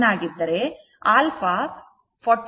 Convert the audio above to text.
9o ಆಗಿರುತ್ತದೆ